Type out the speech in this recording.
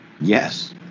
Yes